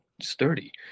sturdy